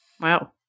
Wow